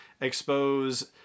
expose